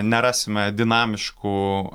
nerasime dinamiškų